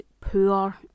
poor